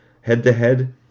Head-to-head